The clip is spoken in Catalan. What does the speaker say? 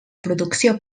producció